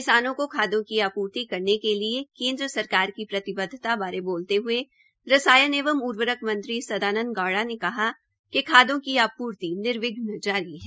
किसानों को खादों की आपूर्ति करने के लिए केन्द्र सरकार की प्रतिबद्वता बारे बोलते ह्ये रसायन एवं उर्वरक मंत्री सदानंद गौड़ा ने कहा कि खादों की आपूर्ति निर्विध्न जारी है